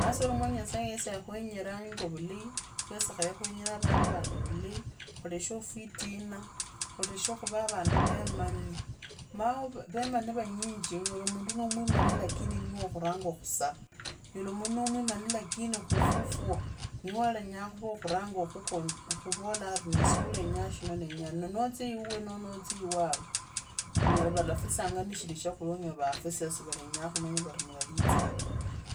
Itasi mwoki nyasaye yesi akhwenyeranga ovule fwesi khaye nwenyere vandu vulei khuteshe fwitina, khulesha khuwa awandu veemani, maye vemani vanyinyi onyole mundu no mwinoni lakini niye wokhuranga khusave, onyele mundu no mwimane lakini, khufufwa niye wenyaa khuwa wo khuranga kukokhuvola eri nisye wenyaa. Notsya yiwewe nomba notya yiwewe unyola valafisanya nishili shakhulya unyola waavurei si vulenyaa khumanye khuri valalitsaa ta,